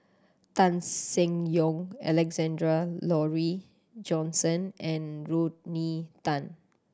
Tan Seng Yong Alexander Laurie Johnston and Rodney Tan